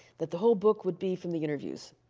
that the whole book would be from the interviews.